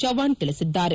ಚವ್ವಾಣ್ ತಿಳಿಸಿದ್ದಾರೆ